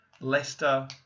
Leicester